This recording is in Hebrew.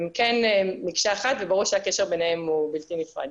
הם כן מקשה אחת וברור שהקשר ביניהם הוא בלתי נפרד.